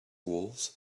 wolves